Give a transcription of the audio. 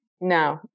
No